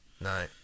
No